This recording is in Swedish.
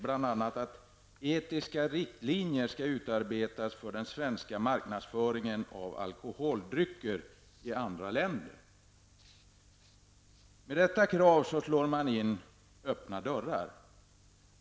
bl.a. att etiska riktlinjer skall utarbetas för den svenska marknadsföringen av alkoholdrycker i andra länder. Med detta krav slår man in öppna dörrar.